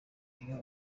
inka